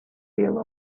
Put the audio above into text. real